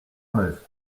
meuse